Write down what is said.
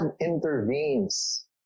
intervenes